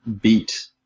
beat